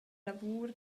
lavur